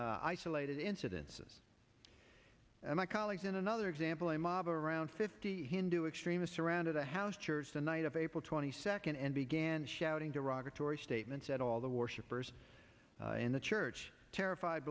isolated incidences of my colleagues in another example a mob of around fifty hindu extremists around the house church the night of april twenty second and began shouting derogatory statements at all the war shippers in the church terrified